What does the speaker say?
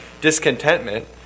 discontentment